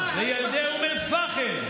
לילדי אום אל-פחם,